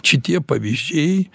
šitie pavyzdžiai